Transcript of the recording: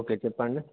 okay చెప్పండి